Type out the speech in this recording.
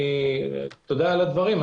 תודה על הדברים.